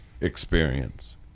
experience